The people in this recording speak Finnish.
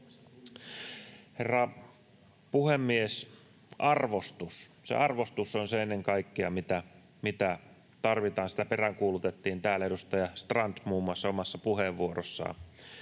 Herra puhemies! Arvostus — arvostus on ennen kaikkea se, mitä tarvitaan. Sitä peräänkuulutettiin täällä, edustaja Strand muun muassa omassa puheenvuorossaan.